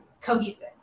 cohesive